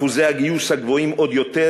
אחוזי הגיוס הגבוהים עוד יותר,